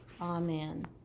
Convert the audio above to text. Amen